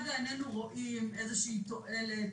כרגע איננו רואים איזו תועלת.